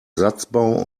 satzbau